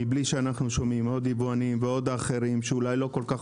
מבלי שאנחנו שומעים עוד יבואנים ועוד אחרים שאולי לא כל כך